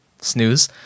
snooze